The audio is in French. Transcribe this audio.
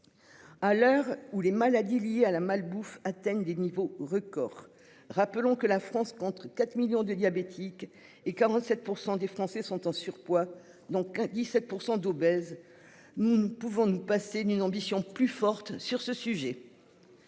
À l'heure où les maladies liées à la malbouffe atteignent des niveaux record. Rappelons que la France, contre 4 millions de diabétiques et 47% des Français sont en surpoids. Donc à 17% d'obèses. Nous ne pouvons nous passer d'une ambition plus forte sur ce sujet.